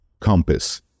compass